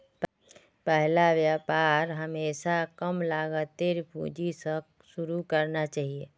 पहला व्यापार हमेशा कम लागतेर पूंजी स शुरू करना चाहिए